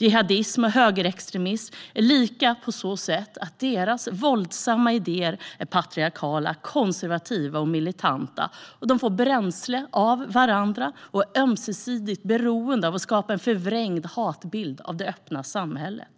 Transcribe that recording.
Jihadism och högerextremism är lika på så sätt att deras våldsamma idéer är patriarkala, konservativa och militanta. De får bränsle av varandra och är ömsesidigt beroende av att skapa en förvrängd hatbild av det öppna samhället.